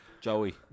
Joey